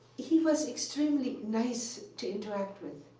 he was extremely nice to interact with.